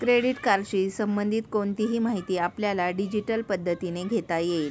credit कार्डशी संबंधित कोणतीही माहिती आपल्याला डिजिटल पद्धतीने घेता येईल